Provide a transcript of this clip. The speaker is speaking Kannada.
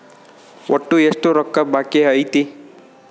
ಒಟ್ಟು ಎಷ್ಟು ರೊಕ್ಕ ಬಾಕಿ ಐತಿ?